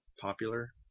popular